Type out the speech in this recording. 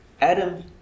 Adam